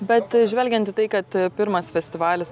bet žvelgiant į tai kad pirmas festivalis